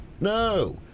No